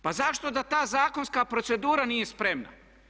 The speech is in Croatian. Pa zašto da ta zakonska procedura nije spremna?